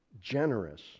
generous